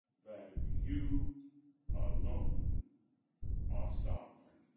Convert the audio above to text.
that you alone are sovereign.